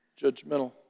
judgmental